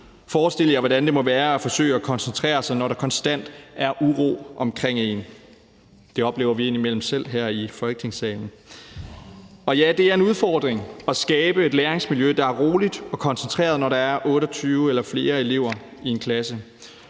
Forestil jer, hvordan det må være at forsøge at koncentrere sig, når der konstant er uro omkring en. Det oplever vi indimellem selv her i Folketingssalen. Og ja, det er en udfordring at skabe et læringsmiljø, der er roligt og koncentreret, når der er 28 eller flere elever i en klasse.